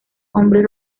hombres